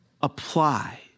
apply